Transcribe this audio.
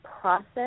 process